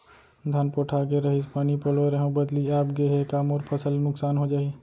धान पोठागे रहीस, पानी पलोय रहेंव, बदली आप गे हे, का मोर फसल ल नुकसान हो जाही?